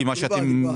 זה מה שהוא אמר,